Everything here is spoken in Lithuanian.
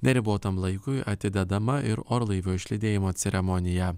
neribotam laikui atidedama ir orlaivio išlydėjimo ceremonija